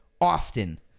often